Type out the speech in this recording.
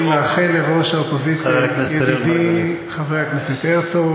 אני מאחל לראש האופוזיציה ידידי חבר הכנסת הרצוג